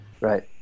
Right